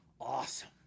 awesome